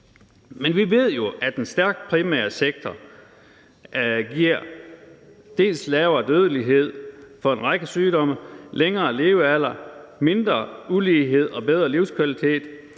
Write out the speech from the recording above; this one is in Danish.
Men vi ved jo, at en stærk primærsektor bl.a. giver lavere dødelighed i forhold til en række sygdomme, højere levealder, mindre ulighed og bedre livskvalitet,